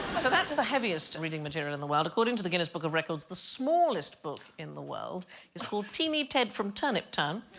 so that's the heaviest reading material in the world according to the guinness book of records the smallest book in the world is called timmy ted from turnip turn